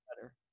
better